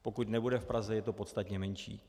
Pokud nebude v Praze, je to podstatně menší.